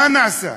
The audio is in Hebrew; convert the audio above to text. מה נעשה?